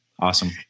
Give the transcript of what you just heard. Awesome